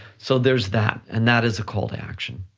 so there's that and that is a call to action.